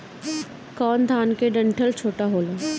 कौन धान के डंठल छोटा होला?